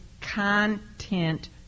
content